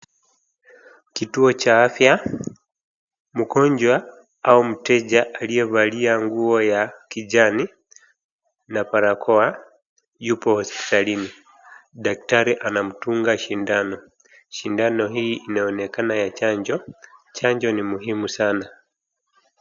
Kituo cha afya, mgonjwa au mteja aliyevalia nguo ya kijani na barakoa yupo hospitalini. Dakatari anamdunga sindano. Sindano hii inaonekana ya chanjo. Chanjo ni muhimu sana.